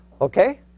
okay